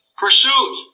pursuit